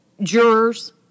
jurors